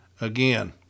again